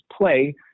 play